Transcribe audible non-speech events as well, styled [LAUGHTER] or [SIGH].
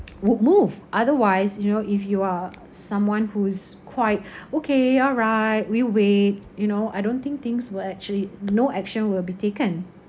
would move otherwise you know if you are someone who is quite [BREATH] okay alright we wait you know I don't think things will actually no action will be taken